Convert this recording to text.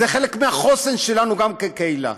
זה חלק מהחוסן שלנו, גם כקהילה.